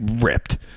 ripped